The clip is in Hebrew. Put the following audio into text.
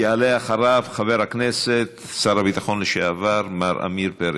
יעלה אחריו חבר הכנסת ושר הביטחון לשעבר מר עמיר פרץ,